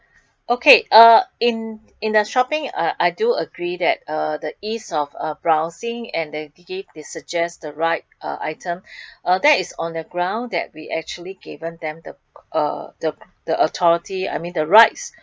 okay uh in the shopping uh I do agree that uh the ease of uh browsing and that actually they suggest the right item uh that is on the ground that we actually given them the uh the the authority I mean the rights